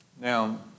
Now